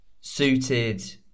suited